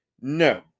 No